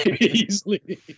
easily